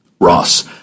Ross